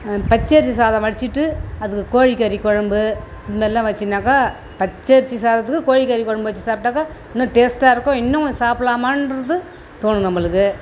பச்சரிசி சாதம் வடித்திட்டு அதுக்கு கோழிக்கறி குழம்பு இதுமாதிரிலாம் வச்சிங்கனாக்கா பச்சரிசி சாதத்துக்கு கோழிக்கறி குழம்பு வச்சு சாப்பிட்டாக்கா இன்னும் டேஸ்ட்டாக இருக்கும் இன்னும் கொஞ்சம் சாப்பிட்லாமான்றது தோணும் நம்பளுக்கு